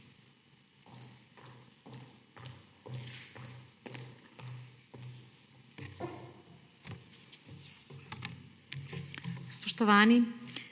Spoštovani!